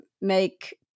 make